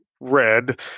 red